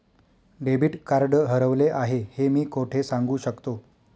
Debit card हरवले आहे हे मी कोठे सांगू शकतो?